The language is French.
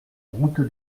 route